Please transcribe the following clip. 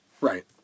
Right